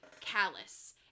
callous